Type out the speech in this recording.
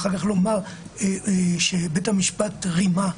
ואחר כך לומר שבית המשפט רימה?